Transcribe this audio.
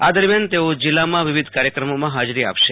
આ દરમ્યાન તેઓ જિલ્લામાં વિવિધ કાર્યક્રમોમાં હાજરી આપશે